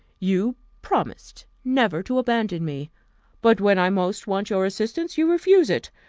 you promised never to abandon me but when i most want your assistance, you refuse it,